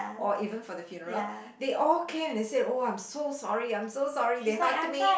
or even for the funeral they all came and they said oh I'm so sorry I'm so sorry they hugged me